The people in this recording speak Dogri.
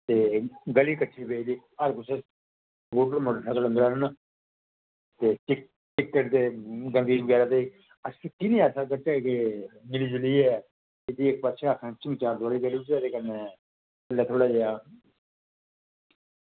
ते गली कच्ची पेदी हर कुसै स्कूटर मोटरसाईकिल अंदर आह्नना ते चिक्कड़ ते गंदगी बगैरा ते अस की नेईं ऐसा करचै कि मिली जुलियै इसी इक पासै फेंसिंग चार दोआरी करी ओड़चै ते कन्नै खु'ल्ला खु'ल्ला जेहा